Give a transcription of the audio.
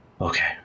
Okay